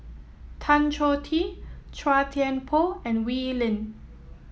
Tan Choh Tee Chua Thian Poh and Wee Lin